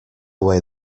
away